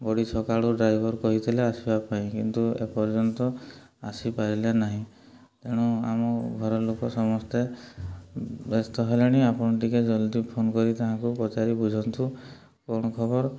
ବଡ଼ି ସକାଳୁ ଡ୍ରାଇଭର୍ କହିଥିଲେ ଆସିବା ପାଇଁ କିନ୍ତୁ ଏପର୍ଯ୍ୟନ୍ତ ଆସିପାରିଲେ ନାହିଁ ତେଣୁ ଆମ ଘରଲୋକ ସମସ୍ତେ ବ୍ୟସ୍ତ ହେଲାଣି ଆପଣ ଟିକେ ଜଲ୍ଦି ଫୋନ୍ କରି ତାହାଙ୍କୁ ପଚାରି ବୁଝନ୍ତୁ କ'ଣ ଖବର